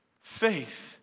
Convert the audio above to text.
Faith